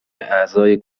اعضای